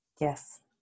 Yes